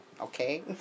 okay